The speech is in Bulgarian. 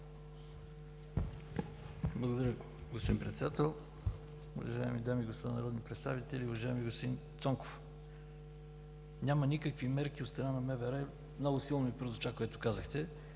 Благодаря Ви, господин Председател. Уважаеми дами и господа народни представители! Уважаеми господин Цонков, „няма никакви мерки от страна на МВР“ – много силно прозвуча това, което казахте.